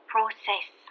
Process